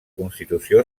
constitució